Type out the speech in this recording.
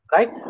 Right